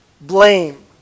blame